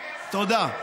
תודה.